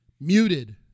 Muted